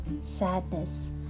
sadness